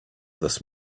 this